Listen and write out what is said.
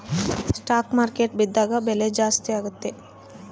stock market ಬಿದ್ದಾಗ ಬೆಲೆ ಜಾಸ್ತಿ ಆಗುತ್ತೆ